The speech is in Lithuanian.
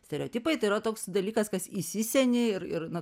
stereotipai tai yra toks dalykas kas įsiseni ir ir na